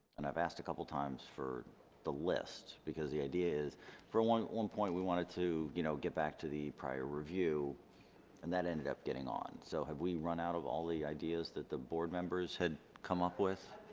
and i've asked a couple times for the list because the idea is for one point we wanted to you know get back to the prior review and that ended up getting on so have we run out of all the ideas that the board members had come up with?